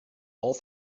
all